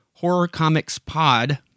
horrorcomicspod